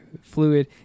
Fluid